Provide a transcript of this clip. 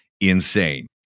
insane